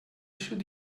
should